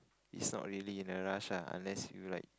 it's not really in a rush lah unless you like